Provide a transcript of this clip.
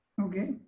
Okay